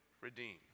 redeem